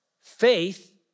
Faith